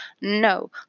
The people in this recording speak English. No